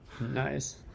Nice